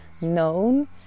known